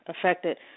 affected